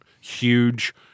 huge